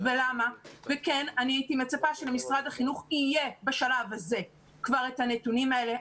כן אני הייתי מצפה שלמשרד החינוך יהיה בשלב הזה כבר את הנתונים האלה.